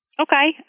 Okay